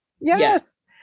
Yes